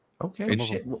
Okay